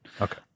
Okay